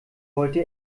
wollte